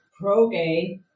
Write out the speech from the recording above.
pro-gay